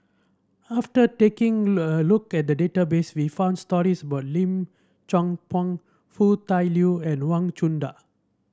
after taking a look at the database we found stories about Lim Chong Pang Foo Tai Liew and Wang Chunde